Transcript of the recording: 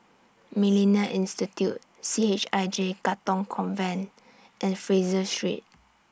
Millennia Institute C H I J Katong Convent and Fraser Street